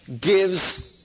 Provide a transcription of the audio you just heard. gives